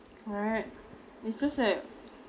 alright it's just that